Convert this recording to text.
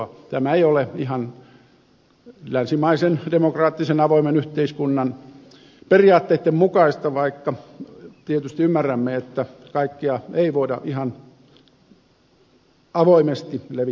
tämä ei ole ihan länsimaisen demokraattisen avoimen yhteiskunnan periaatteitten mukaista vaikka tietysti ymmärrämme että kaikkea ei voida ihan avoimesti levittää